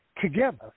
together